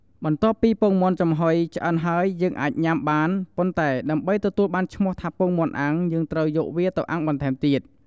បន្ទាប់ពី ពងមាន់ចំហុយឆ្អិនហើយ យើងអាចញ៉ាំបាន ប៉ុន្តែដើម្បីទទួលបានឈ្មោះថាពងមាន់អាំងយើងត្រូវយកវាទៅអាំងបន្ថែមទៀត។